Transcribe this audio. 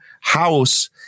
House